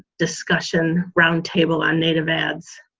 discussion round table on native ads.